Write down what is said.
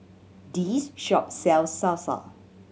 this shop sells Salsa